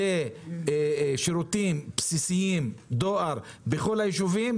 לשירותים בסיסיים של דואר בכל היישובים